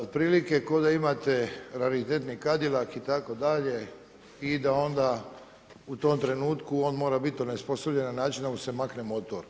Otprilike kao da imate raritetni Cadillac itd. i da onda u tom trenutku on mora biti onesposobljen na način da mu se makne motor.